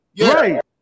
right